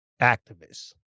activists